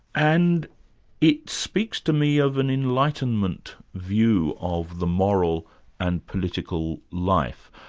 and it speaks to me of an enlightenment view of the moral and political life.